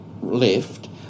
left